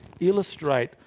illustrate